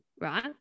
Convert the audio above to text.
right